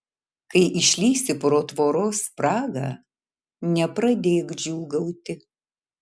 kai išlįsi pro tvoros spragą nepradėk džiūgauti